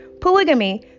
polygamy